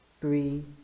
three